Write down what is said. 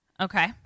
Okay